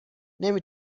نمی